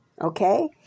okay